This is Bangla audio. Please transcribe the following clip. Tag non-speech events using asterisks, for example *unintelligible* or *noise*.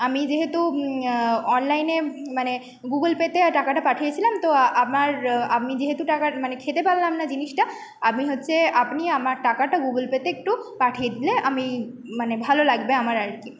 আমি যেহেতু অনলাইনে মানে গুগলপেতে টাকাটা পাঠিয়েছিলাম তো আমার আমি যেহেতু *unintelligible* মানে খেতে পারলাম না জিনিসটা আমি হচ্ছে আপনি আমার টাকাটা গুগলপেতে একটু পাঠিয়ে দিলে আমি মানে ভালো লাগবে আমার আর কি